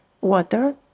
water